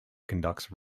conducts